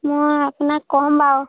মই আপোনাক ক'ম বাৰু